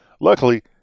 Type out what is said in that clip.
Luckily